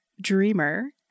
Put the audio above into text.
Dreamer